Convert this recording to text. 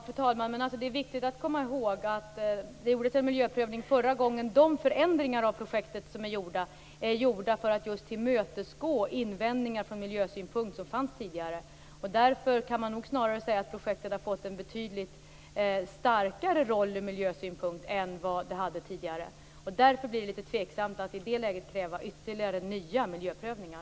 Fru talman! Ja, men det är viktigt att komma ihåg att det gjordes en miljöprövning förra gången. De förändringar som gjorts av projektet har genomförts för att tillmötesgå de invändningar som tidigare fanns från miljösynpunkt. Därför kan man snarare säga att projektet har fått en betydligt starkare roll ur miljösynpunkt än vad det tidigare hade. Det blir därför litet tveksamt att i det läget kräva ytterligare nya miljöprövningar.